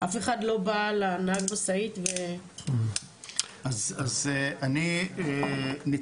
אף אחד לא בא לנהג משאית --- אז אני אתן